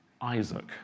Isaac